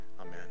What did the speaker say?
amen